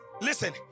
Listen